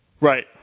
Right